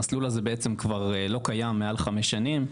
המסלול הזה כבר לא קיים מעל 5 שנים,